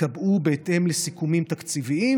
ייקבעו בהתאם לסיכומים תקציביים,